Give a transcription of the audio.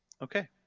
Okay